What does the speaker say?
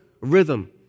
rhythm